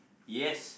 yes